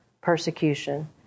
persecution